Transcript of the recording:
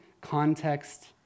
context